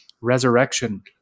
resurrection